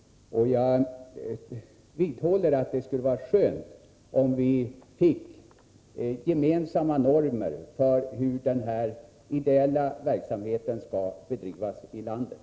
Jag vidhåller att det skulle vara skönt om vi fick gemensamma normer för hur den här ideella verksamheten skall bedrivas i landet.